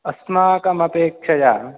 अस्माकमपेक्षया